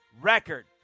record